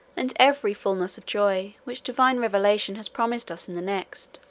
and every fulness of joy which divine revelation has promised us in the next.